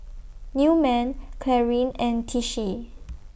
Newman Clarine and Tishie